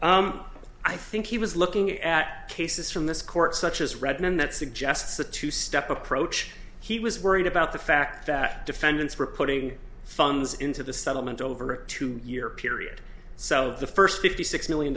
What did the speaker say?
i think he was looking at cases from this court such as redmond that suggests the two step approach he was worried about the fact that defendants were putting funds into the settlement over two year period so the first fifty six million